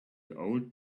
old